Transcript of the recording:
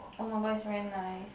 oh-my-god it's very nice